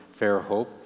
Fairhope